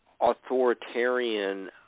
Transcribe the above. authoritarian